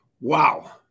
Wow